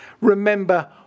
Remember